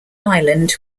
island